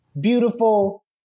beautiful